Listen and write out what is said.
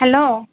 hello